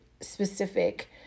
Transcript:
specific